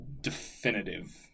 definitive